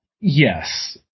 Yes